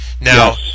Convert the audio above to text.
now